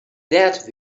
that